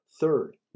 Third